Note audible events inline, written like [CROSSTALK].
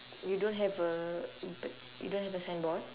you don't have a [NOISE] you don't have a signboard